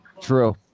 True